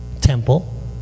temple